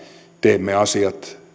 teemme asiat